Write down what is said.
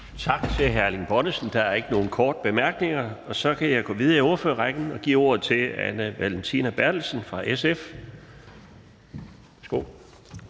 Tak til hr. Erling Bonnesen. Der er ikke nogen korte bemærkninger. Så går vi videre i ordførerrækken og giver ordet til Anne Valentina Berthelsen fra SF.